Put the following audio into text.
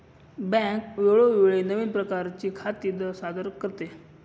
bank वेळोवेळी नवीन प्रकारची खाती सादर करते